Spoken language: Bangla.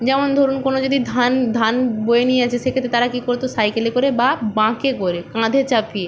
যেমন ধরুন কোনো যদি ধান ধান বয়ে নিয়ে যাচ্ছে সেক্ষেত্রে তারা কী করত সাইকেলে করে বা বাঁকে করে কাঁধে চাপিয়ে